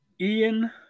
Ian